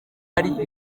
afite